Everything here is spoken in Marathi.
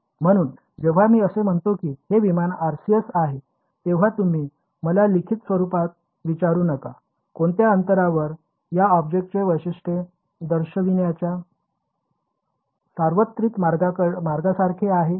म्हणून जेव्हा मी असे म्हणतो की हे विमानाचे RCS आहे तेव्हा तुम्ही मला लिखित स्वरूपात विचारू नका कोणत्या अंतरावर या ऑब्जेक्टचे वैशिष्ट्य दर्शविण्याच्या सार्वत्रिक मार्गासारखे आहे